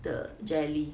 the jelly